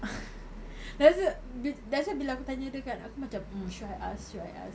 that's wh~ that's why bila aku tanya dia kan aku macam mm should I ask should I ask